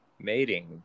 mating